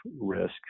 risk